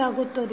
ಆಗುತ್ತದೆ